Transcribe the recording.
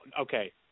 okay